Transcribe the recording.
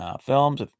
films